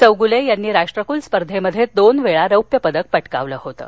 चौगुले यांनी राष्ट्रकुल स्पर्धेत दोनवेळा रौप्य पदक पटकावलं होतं